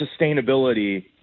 sustainability